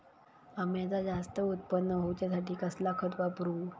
अम्याचा जास्त उत्पन्न होवचासाठी कसला खत वापरू?